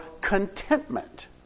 contentment